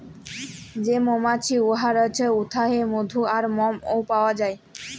যে মমাছি উয়ার থ্যাইকে মধু আর মমও পাউয়া যায়